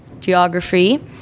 geography